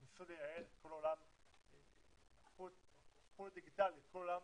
ניסו לייעל בתחום הדיגיטלי את כל עולם